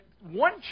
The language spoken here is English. one